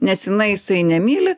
nes jinai jisai nemyli